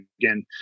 again